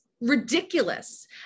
ridiculous